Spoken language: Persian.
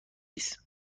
است